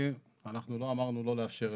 אנחנו לא אמרנו לא לאפשר את זה.